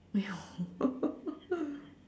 oh ya